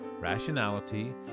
rationality